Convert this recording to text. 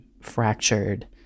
fractured